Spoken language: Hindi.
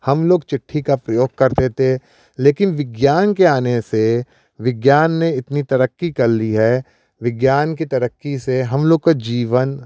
हम लोग चिट्ठी का प्रयोग करते थे लेकिन विज्ञान के आने से विज्ञान ने इतनी तरक्की कर ली है विज्ञान की तरक्की से हम लोग का जीवन